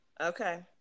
Okay